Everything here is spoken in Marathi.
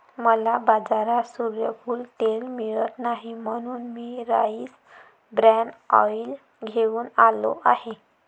मला बाजारात सूर्यफूल तेल मिळत नाही म्हणून मी राईस ब्रॅन ऑइल घेऊन आलो आहे